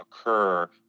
occur